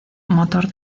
motor